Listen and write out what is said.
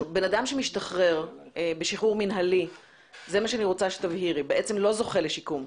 שמשתחרר בשחרור מינהלי בעצם לא זוכר לשיקום,